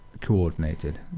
coordinated